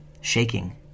Shaking